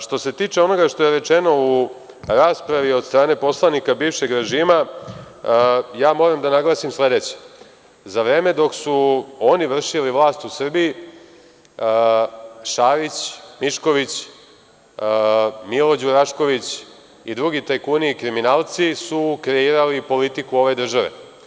Što se tiče onoga što je rečeno u raspravi od strane poslanika bivšeg režima, moram da naglasim sledeće – za vreme dok su oni vršili vlast u Srbiji Šarić, Mišković, Milo Đurašković i drugi tajkuni i kriminalci su kreirali politiku ove države.